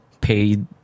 paid